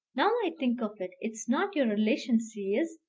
now i think of it, it's not your relation she is,